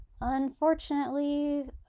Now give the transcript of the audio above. Unfortunately